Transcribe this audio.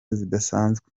zidasanzwe